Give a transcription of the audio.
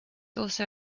also